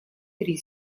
три